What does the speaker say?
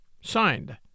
Signed